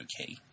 okay